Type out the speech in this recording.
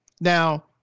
Now